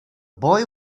boy